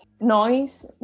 noise